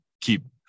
keep